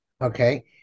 okay